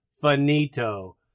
finito